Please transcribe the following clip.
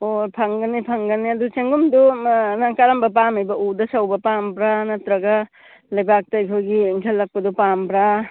ꯑꯣ ꯐꯪꯒꯅꯤ ꯐꯪꯒꯅꯤ ꯑꯗꯨ ꯆꯦꯡꯒꯨꯝꯗꯨ ꯑꯥ ꯅꯪ ꯀꯔꯝꯕ ꯄꯥꯝꯂꯤꯕ ꯎꯗ ꯁꯧꯕ ꯄꯥꯝꯕ꯭ꯔꯥ ꯅꯠꯇ꯭ꯔꯒ ꯂꯩꯕꯥꯛꯇ ꯑꯩꯈꯣꯏꯒꯤ ꯏꯟꯈꯠꯂꯛꯄꯗꯨ ꯄꯥꯝꯕ꯭ꯔꯥ